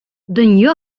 дөнья